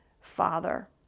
father